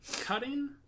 cutting